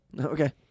Okay